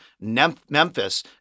Memphis